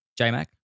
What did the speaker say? JMAC